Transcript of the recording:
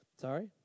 Sorry